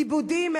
כיבודים,